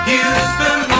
Houston